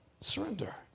surrender